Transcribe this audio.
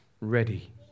ready